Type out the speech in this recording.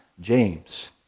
james